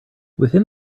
within